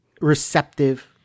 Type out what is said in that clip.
receptive